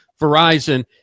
Verizon